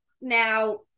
Now